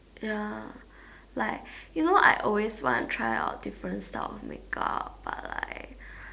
ya like you know I always want try out different style of make up but like